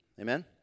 Amen